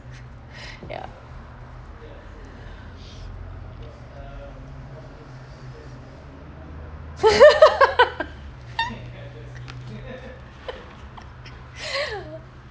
ya